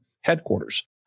headquarters